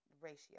ratio